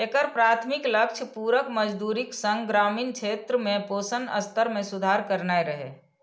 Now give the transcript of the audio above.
एकर प्राथमिक लक्ष्य पूरक मजदूरीक संग ग्रामीण क्षेत्र में पोषण स्तर मे सुधार करनाय रहै